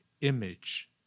image